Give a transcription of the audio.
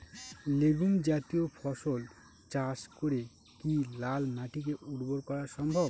Legume জাতীয় ফসল চাষ করে কি লাল মাটিকে উর্বর করা সম্ভব?